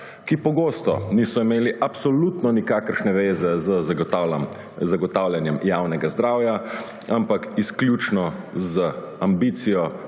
ki pogosto niso imeli absolutno nikakršne zveze z zagotavljanjem javnega zdravja, ampak izključno z ambicijo